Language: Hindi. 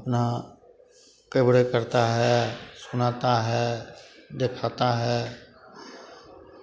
अपने कवरेज़ करता है सुनाता है देखाता है